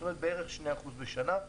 זאת אומרת בערך 2% בשנה,